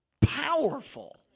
powerful